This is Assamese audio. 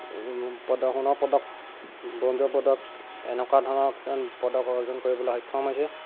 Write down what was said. প্ৰদৰ্শনৰ পদক ব্ৰঞ্জৰ পদক এনেকুৱা ধৰণৰ কিমান পদক অৰ্জন কৰিবলৈ সক্ষম হৈছে